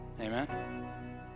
Amen